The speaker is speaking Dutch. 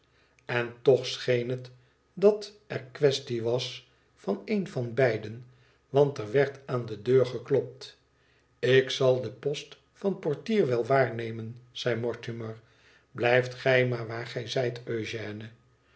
en toch scheen het dat er quaestie was van een van beiden want er werd aan de deur geklopt ik zal den post van portier wel waarnemen zei mortimer blijf gij maar waar gij zijt